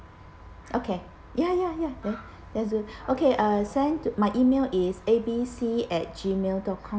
okay ya ya ya that's that's good okay uh send my E-mail is A B C at Gmail dot com